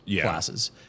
classes